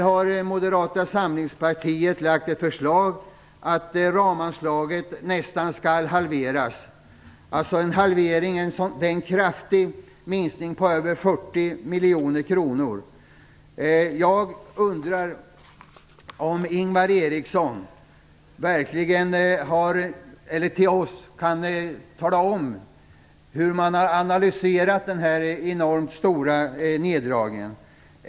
Moderata samlingspartiet har här förslagit att ramanslaget nästan skall halveras, dvs. en kraftig minskning på över 40 miljoner kronor. Jag undrar om Ingvar Eriksson kan tala om för oss hur ni har kommit fram till denna enormt stora neddragning.